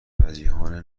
فجیعانه